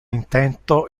intento